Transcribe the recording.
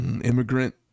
immigrant